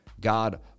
God